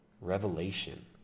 Revelation